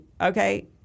okay